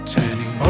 Turning